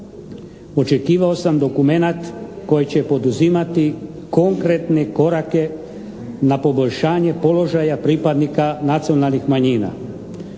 Očekivao sam dokumenat koji će poduzimati konkretne korake na poboljšanje položaja pripadnika nacionalnih manjina.